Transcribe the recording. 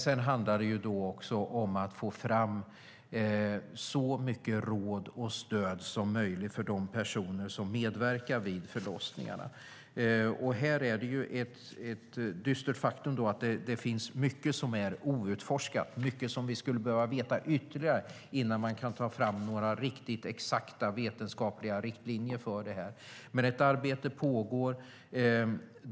Det handlar också om att få fram så mycket råd och stöd som möjligt för de personer som medverkar vid förlossningarna. Här är ett dystert faktum att det finns mycket som är outforskat, mycket som vi skulle behöva veta ytterligare, innan vi kan ta fram riktigt exakta vetenskapliga riktlinjer. Ett arbete pågår.